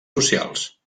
socials